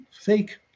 fake